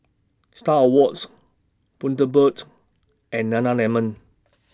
STAR Awards Bundaberg and Nana Lemon